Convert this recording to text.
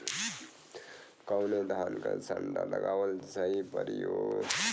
कवने धान क संन्डा लगावल सही परी हो?